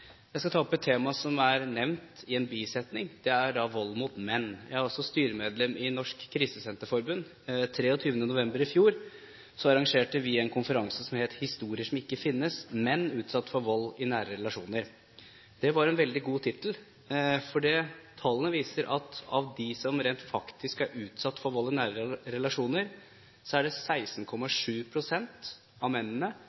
Jeg skal ta opp et tema som er nevnt i en bisetning, nemlig vold mot menn. Jeg er styremedlem i Norsk Krisesenterforbund. 23. november i fjor arrangerte vi en konferanse som het Historier som ikke finnes – menn utsatt for vold i nære relasjoner. Det var en veldig god tittel, for tallene viser at av dem som rent faktisk er utsatt for vold i nære relasjoner, er det